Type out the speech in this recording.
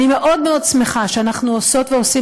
אני מאוד מאוד שמחה שאנחנו עושות ועושים